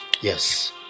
Yes